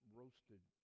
roasted